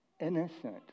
innocent